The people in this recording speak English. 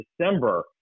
December